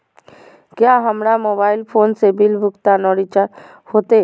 क्या हमारा mobile phone से बिल भुगतान और रिचार्ज होते?